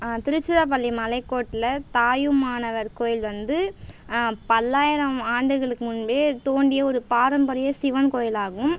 திருச்சிராப்பள்ளி மலைக்கோட்டைல தாயுமானவர் கோவில் வந்து பல்லாயிரம் ஆண்டுகளுக்கு முன்பே தோன்றிய ஒரு பாரம்பரிய சிவன் கோவில் ஆகும்